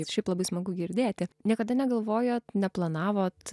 ir šiaip labai smagu girdėti niekada negalvojot neplanavot